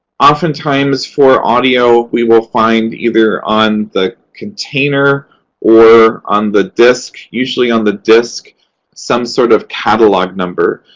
oftentimes for audio, we will find, either on the container or on the disc usually on the disc some sort of catalog number.